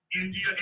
India